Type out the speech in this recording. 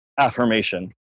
affirmation